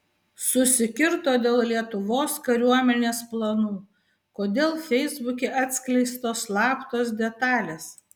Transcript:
susikirto dėl lietuvos kariuomenės planų kodėl feisbuke atskleistos slaptos detalės